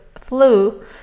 flu